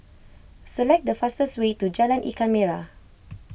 select the fastest way to Jalan Ikan Merah